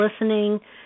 listening